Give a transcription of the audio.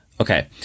Okay